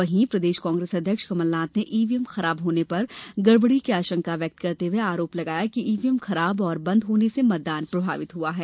वहीं प्रदेश कांग्रेस अध्यक्ष कमलनाथ ने ईवीएम खराब होने पर गड़बड़ी की आशंका जताते हुए आरोप लगाया है कि ईवीएम खराब और बंद होने से मतदान प्रभावित हुआ है